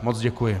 Moc děkuji.